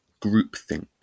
groupthink